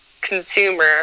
consumer